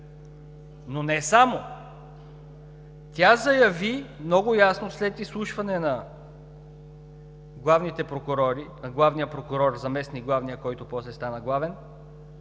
но не само. Тя заяви много ясно след изслушване на главните прокурори – заместник-главния, който после стана главен,